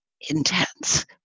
intense